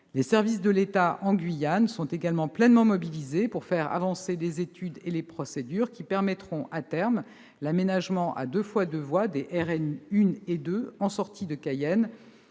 Les services de l'État en Guyane sont également pleinement mobilisés pour faire avancer les études et les procédures qui permettront, à terme, l'aménagement à deux fois deux voies de la RN 1 et de la RN 2 à la sortie de Cayenne,